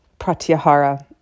pratyahara